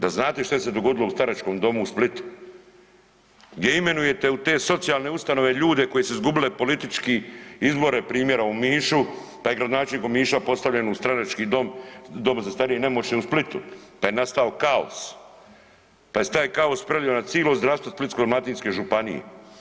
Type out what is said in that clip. Da znate što se dogodilo u staračkom domu u Splitu gdje imenujete u te socijalne ustanove ljude koji su izgubili politički izbore primjera u Omišu, pa je gradonačelnik Omiša postavljen u starački dom, dom za starije i nemoćne u Splitu pa je nastao kaos, pa se je taj kao prelio na cilo zdravstvo Splitsko-dalmatinske županije.